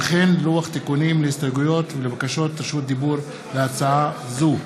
וכן לוח תיקונים להסתייגויות ולבקשות רשות דיבור להצעה זו.